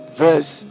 verse